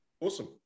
Awesome